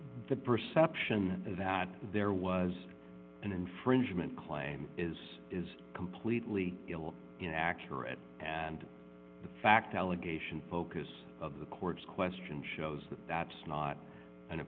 the perception that there was an infringement claim is is completely inaccurate and the fact allegation focus of the court's question shows that that's not an